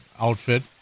outfit